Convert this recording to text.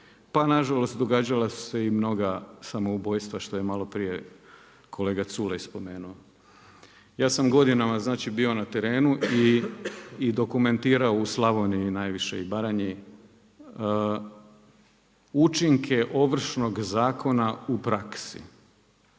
pa nažalost, događala su se i mnoga ubojstva, što je maloprije kolega Culej spomenuo. Ja sam godinama bio na teretnu i dokumentirao u Slavoniji najviše i Baranji, učinke ovršnog zakona u praksi.